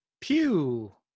Pew